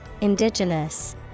indigenous